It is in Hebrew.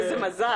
איזה מזל.